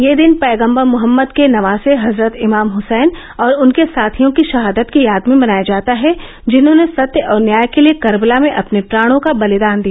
यह दिन पैगंबर मोहम्मद के नवासे हजरत इमाम हसैन और उनके साथियों की शहादत की याद में मनाया जाता है जिन्होंने सत्य और न्याय के लिए कर्बला में अपने प्राणों का बलिदान दिया